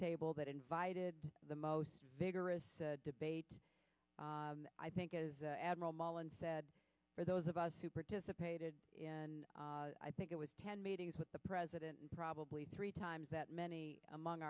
table that invited the most vigorous debate i think admiral mullen said for those of us who participated in i think it was ten meetings with the president and probably three times that many among